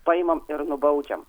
paimam ir nubaudžiam